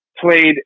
played